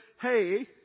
hey